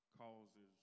causes